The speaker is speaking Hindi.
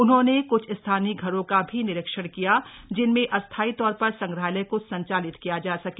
उन्होंने कुछ स्थानीय घरों का भी निरीक्षण किया जिनमें अस्थाई तौर पर संग्रहालय को संचालित किया जा सके